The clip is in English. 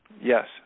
Yes